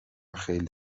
خیلی